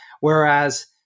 Whereas